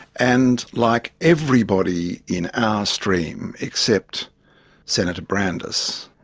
and like everybody in our stream except senator brandis,